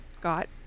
got